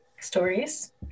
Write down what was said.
stories